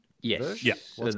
Yes